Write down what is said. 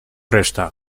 reszta